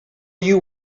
you